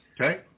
Okay